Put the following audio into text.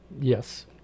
Yes